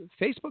Facebook